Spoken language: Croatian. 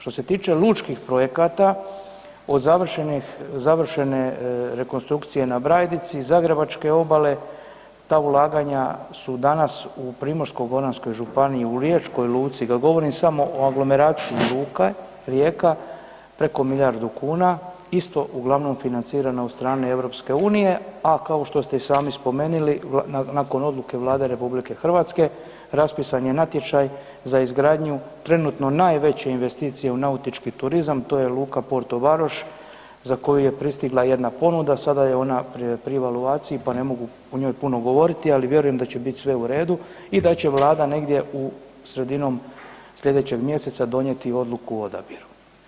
Što se tiče lučkih projekata, od završene rekonstrukcije na Brajdici, Zagrebačke obale, ta ulaganja su danas u Primorsko-goranskoj županiji u riječkoj luci, kad govorim samo o aglomeraciji luka Rijeka preko milijardu kuna, isto uglavnom financirana od strane EU, a kao što ste i sami spomenuli, nakon odluke Vlade RH, raspisan je natječaj za izgradnju trenutno najveće investicije u nautički turizam, to je luka Porto Baroš za koju je pristigla jedna ponuda, sada je ona pri evaluaciji pa ne mogu o njoj puno govoriti, ali vjerujem da će biti sve u redu i da će Vlada negdje sredinom sljedećeg mjeseca donijeti odluku o odbiru.